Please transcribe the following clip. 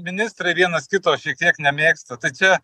ministrai vienas kito šiek tiek nemėgsta tai čia